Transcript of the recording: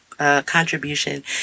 contribution